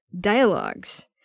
Dialogues